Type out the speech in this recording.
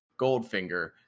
Goldfinger